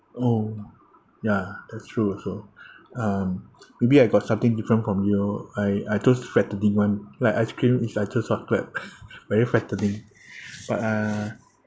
oh ya that's true also um maybe I got something different from you I I choose fattening [one] like ice cream is I choose chocolate very fattening but uh